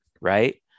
Right